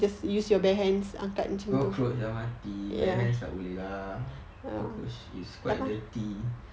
cockroach dah mati bare hands tak boleh lah cockroach is quite dirty